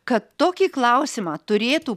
kad tokį klausimą turėtų